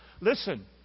Listen